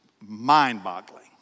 mind-boggling